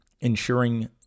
ensuring